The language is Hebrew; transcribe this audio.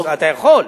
אתה יכול,